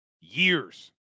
years